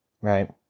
right